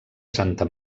santa